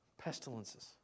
Pestilences